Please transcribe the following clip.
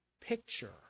picture